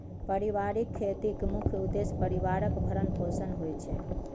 परिबारिक खेतीक मुख्य उद्देश्य परिबारक भरण पोषण होइ छै